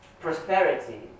prosperity